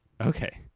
Okay